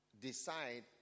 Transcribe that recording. decide